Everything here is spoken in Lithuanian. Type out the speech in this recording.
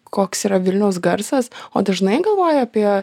koks yra vilniaus garsas o dažnai galvoji apie